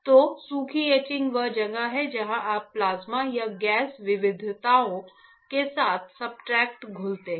तो सूखी एचिंग वह जगह है जहाँ आप प्लाज्मा या गैस विविधताओं के साथ सब्सट्रेट घुलते हैं